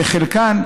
וחלקן,